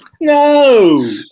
No